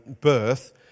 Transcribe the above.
birth